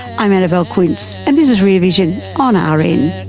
i'm annabelle quince and this is rear vision on ah rn